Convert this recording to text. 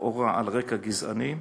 לכאורה על רקע גזעני,